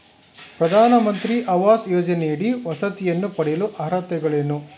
ಪ್ರಧಾನಮಂತ್ರಿ ಆವಾಸ್ ಯೋಜನೆಯಡಿ ವಸತಿಯನ್ನು ಪಡೆಯಲು ಅರ್ಹತೆಗಳೇನು?